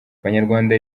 abanyarwanda